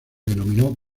denominó